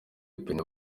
ipine